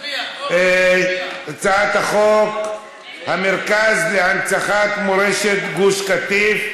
הצעת חוק המרכז להנצחת מורשת גוש קטיף.